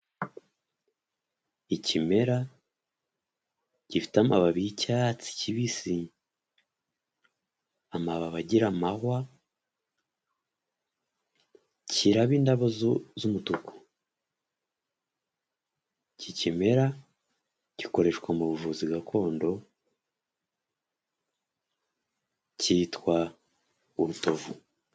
Ikimera gifite amababi y'icyatsi kibisi, amababi agira amahwa kiraba indabo z'umutuku, iki kimera gikoreshwa mu buvuzi gakondo cyitwa urutovu.